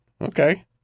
Okay